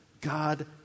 God